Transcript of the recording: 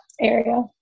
area